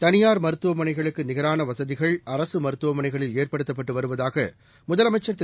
தனியார் மருத்துவமனைகளுக்கு நிகரான வசதிகள் அரசு மருத்துவமனைகளில் ஏற்படுத்தப்பட்டு வருவதாக முதலமைச்சர் திரு